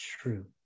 True